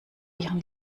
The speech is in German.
ihren